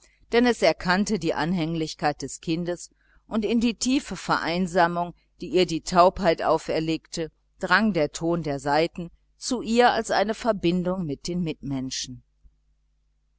denn es erkannte die anhänglichkeit des kindes und in die tiefe vereinsamung die ihr die taubheit auferlegte drang der ton der saiten zu ihr als eine verbindung mit den mitmenschen